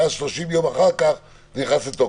ואז 30 יום אחר כך זה נכנס לתוקף.